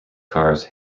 cars